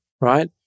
right